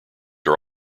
are